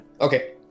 Okay